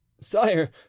sire